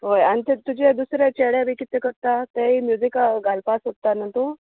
हय आनी ते तुजे दुसऱ्या चेड्या बी कितें करता तेय म्युजीक घालपा सोदता न्हू तूं